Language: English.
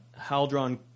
Haldron